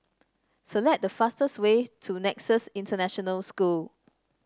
select the fastest way to Nexus International School